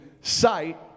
sight